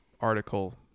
article